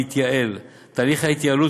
נדרשים להתייעל.